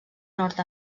nord